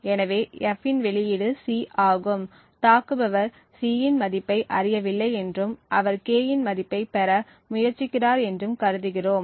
எனவே F இன் வெளியீடு C ஆகும் தாக்குபவர் C இன் மதிப்பை அறியவில்லை என்றும் அவர் K இன் மதிப்பைப் பெற முயற்சிக்கிறார் என்றும் கருதுகிறோம்